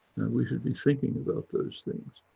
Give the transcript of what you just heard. we should be thinking about those things.